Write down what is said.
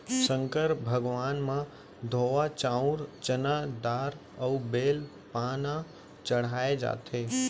संकर भगवान म धोवा चाउंर, चना दार अउ बेल पाना चड़हाए जाथे